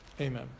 Amen